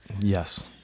Yes